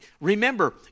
Remember